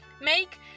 make